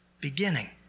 beginning